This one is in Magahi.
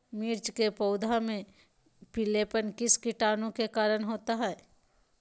मिर्च के पौधे में पिलेपन किस कीटाणु के कारण होता है?